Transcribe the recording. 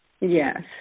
Yes